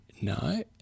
no